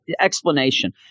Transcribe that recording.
explanation